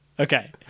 Okay